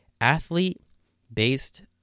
athlete-based